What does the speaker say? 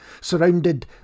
surrounded